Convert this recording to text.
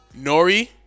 Nori